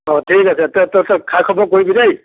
অঁ ঠিক আছে তে তই খা খবৰ কৰিবি দেই